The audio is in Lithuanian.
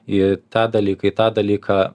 į tą dalyką į tą dalyką